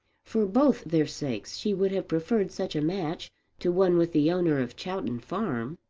for both their sakes she would have preferred such a match to one with the owner of chowton farm.